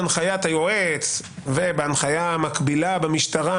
בהנחיית היועץ ובהנחיה מקבילה במשטרה.